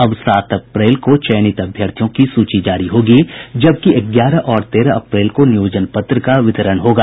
अब सात अप्रैल को चयनित अभ्यर्थियों की सूची जारी होगी जबकि ग्यारह और तेरह अप्रैल को नियोजन पत्र का वितरण होगा